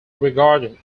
regarded